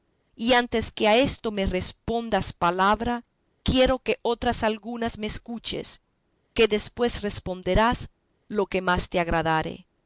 y antes que a esto me respondas palabra quiero que otras algunas me escuches que después responderás lo que más te agradare